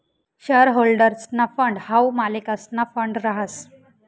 share होल्डर्सना fund हाऊ मालकेसना फंड रहास